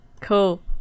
cool